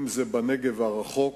בנגב הרחוק,